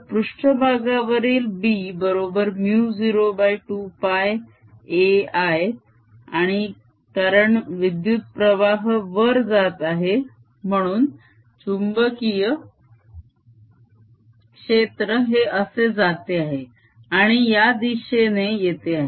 तर पृष्ट्भागावरील B बरोबर μ02πaI आणि कारण विद्युत प्रवाह वर जात आहे म्हणून चुंबकीय क्षेत्र हे असे जाते आहे आणि या दिशेने येते आहे